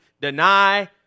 deny